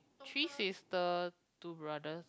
three is the two brothers